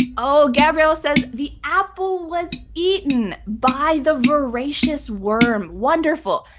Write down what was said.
oh, gabriel says, the apple was eaten by the voracious worm. wonderful.